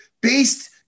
based